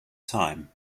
time